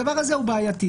הדבר הזה בעייתי.